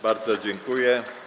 Bardzo dziękuję.